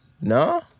No